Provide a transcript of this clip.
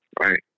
right